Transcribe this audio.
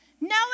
No